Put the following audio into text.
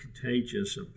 Contagious